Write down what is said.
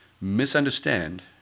misunderstand